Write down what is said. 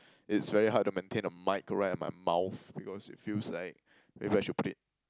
it's very hard to maintain a mic right at my mouth because it feels like maybe I should put it